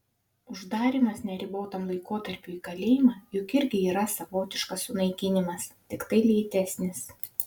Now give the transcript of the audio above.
uždarymas neribotam laikotarpiui į kalėjimą juk irgi yra savotiškas sunaikinimas tiktai lėtesnis